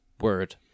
word